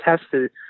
tested